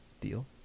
Deal